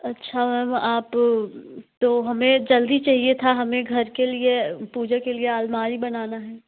अच्छा मैम आप तो हमें जल्दी चाहिए था हमें घर के लिए पूजा के लिए आलमारी बनाना है